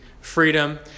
freedom